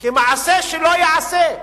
כמעשה שלא ייעשה.